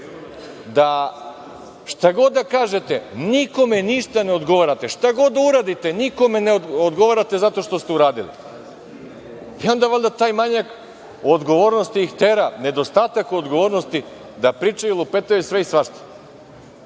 da šta god da kažete nikome ništa ne odgovarate, šta god da uradite nikome ne odgovarate zato što ste uradili. I onda valjda taj manjak odgovornosti ih tera, nedostatak odgovornosti da pričaju i lupetaju sve i svašta,